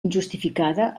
injustificada